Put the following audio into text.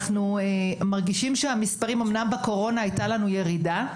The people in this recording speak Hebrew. אומנם בקורונה הייתה ירידה,